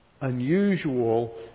unusual